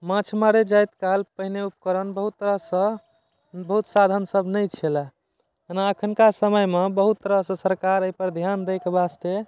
माँछ मारै जाइत काल पहिने उपकरण बहुत तरहसँ बहुत साधन सब नहि छलय ओना एखनका समयमे बहुत तरहसँ सरकार अइपर ध्यान दैके वास्ते